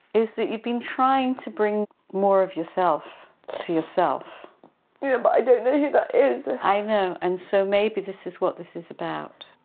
is that you've been trying to bring more of yourself to yourself. yeah, but i don't know who that is. i know, and so maybe this is what this is about,